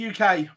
UK